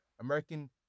American